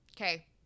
Okay